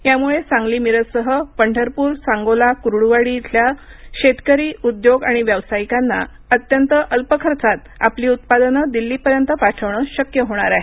यामुळे सांगली मिरजसह पंढरपूर सांगोला कुर्डूवाडी येथील शेतकरी उद्योग आणि व्यावसायिकांना अत्यंत अल्प खर्चात आपली उत्पादनं दिल्लीपर्यंत पाठवणं शक्य होणार आहे